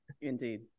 Indeed